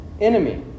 enemy